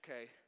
okay